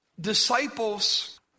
disciples